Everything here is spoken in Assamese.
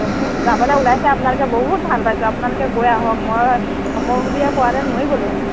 কওকচোন যাবলৈ ওলাইছে আপোনালোকে বহুত ভাল পাইছোঁ আপোনালোকে গৈ আহক মই সময় সুবিধা পোৱাহেঁতেনে ময়ো গ'লোহেঁতেন